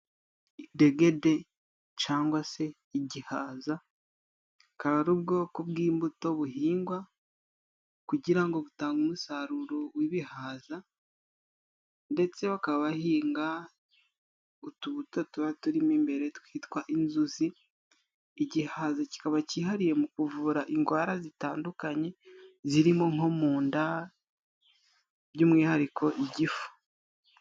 Idegede cangwa se igihaza akaba ari ubwoko bw'imbuto buhingwa kugira ngo butange umusaruro w'ibihaza, ndetse bakaba bahinga utubuto tuba turimo imbere twitwa inzuzi. Igihaza kikaba cyihariye mu kuvura ingwara zitandukanye zirimo nko mu nda by'umwihariko igifu.